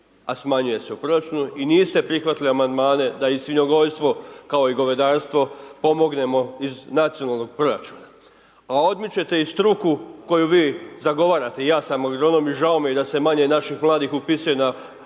a smanjuje se u proračunu i niste prihvatili amandmane da i svinjogojstvo kao i govedarstvo pomognemo iz nacionalnog proračuna. A odmičete i struku koju vi zagovarate, ja sam agronom i žao mi je da se manje naših mladih upisuje na